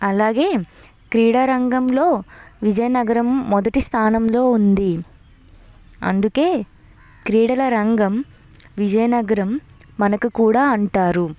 అలాగే క్రీడారంగంలో విజయనగరం మొదటి స్థానంలో ఉంది అందుకే క్రీడల రంగం విజయనగరం మనకు కూడా అంటారు